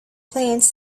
plants